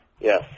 Yes